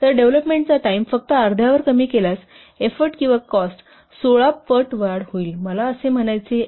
तर डेव्हलपमेंटचा टाईम फक्त अर्ध्यावर कमी केल्यास एफ्फोर्ट किंवा कॉस्ट 16 पट वाढ होईल मला असे म्हणायचे आहे